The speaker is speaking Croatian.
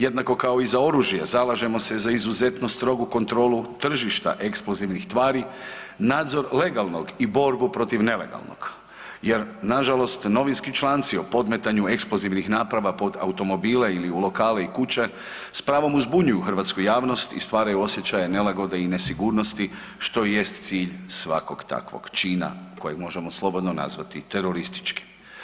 Jednako kao i za oružje, zalažemo se za izuzetno strogu kontrolu tržišta eksplozivnih tvari, nadzor legalnog i borbu protiv nelegalnog, jer nažalost, novinski članci o podmetanju eksplozivnih naprava pod automobile ili u lokale i kuće s pravom uzbunjuju hrvatsku javnost i stvaraju osjećaje nelagode i nesigurnosti, što i jest cilj svakog takvog čina kojeg možemo slobodno nazvati terorističkim.